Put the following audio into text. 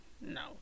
no